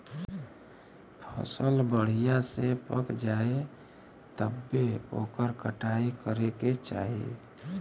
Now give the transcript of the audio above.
फसल बढ़िया से पक जाये तब्बे ओकर कटाई करे के चाही